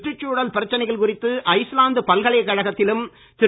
சுற்றுச்சூழல் பிரச்னைகள் குறித்து ஐஸ்லாந்து பல்கலைக்கழகத்திலும் திரு